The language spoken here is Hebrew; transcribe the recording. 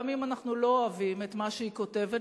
גם אם אנחנו לא אוהבים את מה שהיא כותבת,